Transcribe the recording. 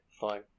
fine